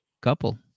couple